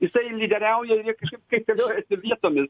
jisai lyderiauja ir jie kažkaip kaitaliojasi vietomis